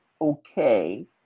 okay